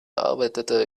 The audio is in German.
arbeitete